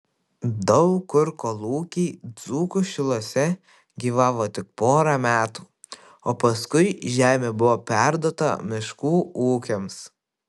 daug kur kolūkiai dzūkų šiluose gyvavo tik porą metų o paskui žemė buvo perduota miškų ūkiams